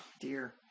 dear